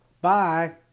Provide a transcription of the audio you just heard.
Bye